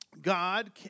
God